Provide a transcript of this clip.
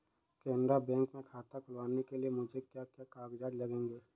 Canara bank में खाता खुलवाने के लिए मुझे क्या क्या कागजात लगेंगे?